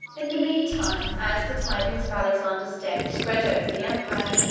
in the mean time, as the tidings of alexander's death spread over the empire,